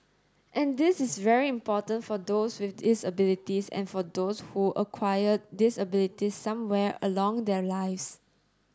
and this is very important for those with disabilities and for those who acquire disabilities somewhere along their lives